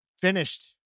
finished